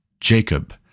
Jacob